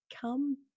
Come